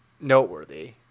noteworthy